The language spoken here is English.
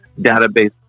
database